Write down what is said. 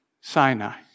Sinai